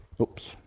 Oops